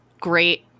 great